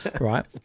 Right